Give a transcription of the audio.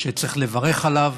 שצריך לברך עליו.